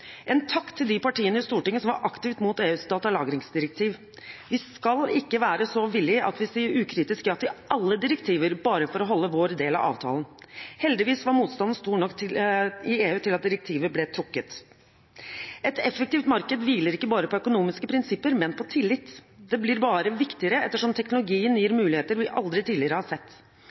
En takk til de partiene i Stortinget som var aktivt imot EUs datalagringsdirektiv. Vi skal ikke være så villige at vi ukritisk sier ja til alle direktiver bare for å holde vår del av avtalen. Heldigvis var motstanden stor nok i EU til at direktivet ble trukket. Et effektivt marked hviler ikke bare på økonomiske prinsipper, men på tillit. Det blir bare viktigere etter som teknologien gir